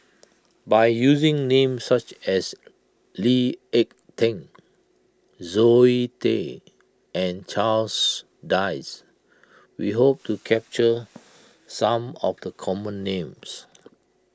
by using names such as Lee Ek Tieng Zoe Tay and Charles Dyce we hope to capture some of the common names